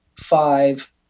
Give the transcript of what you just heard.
five